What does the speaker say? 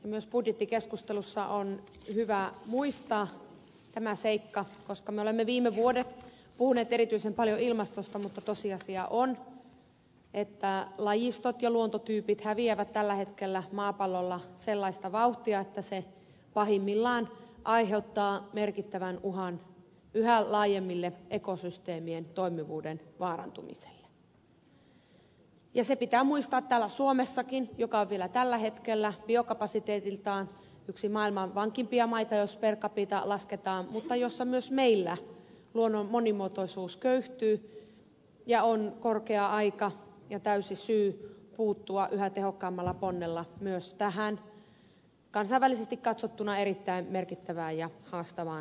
myös budjettikeskustelussa on hyvä muistaa tämä seikka koska me olemme viime vuodet puhuneet erityisen paljon ilmastosta mutta tosiasia on että lajistot ja luontotyypit häviävät tällä hetkellä maapallolla sellaista vauhtia että se pahimmillaan aiheuttaa merkittävän uhan yhä laajemmasta ekosysteemien toimivuuden vaarantumisesta ja se pitää muistaa täällä suomessa joka on vielä tällä hetkellä biokapasiteetiltaan yksi maailman vankimpia maita jos per capita lasketaan mutta jossa myös meillä luonnon monimuotoisuus köyhtyy ja on korkea aika ja täysi syy puuttua yhä tehokkaammalla ponnella myös tähän kansainvälisesti katsottuna erittäin merkittävään ja haastavaan ympäristökysymykseen